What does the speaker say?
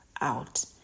out